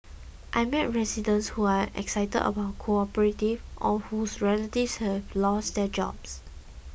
I've met residents who are excited about cooperative or whose relatives have lost their jobs